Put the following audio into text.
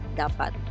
dapat